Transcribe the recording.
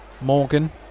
Morgan